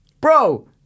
Bro